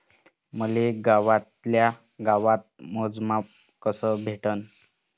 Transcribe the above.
मले गावातल्या गावात मोजमाप कस भेटन?